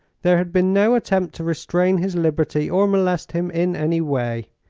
there had been no attempt to restrain his liberty or molest him in any way,